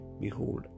Behold